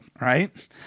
right